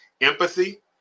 empathy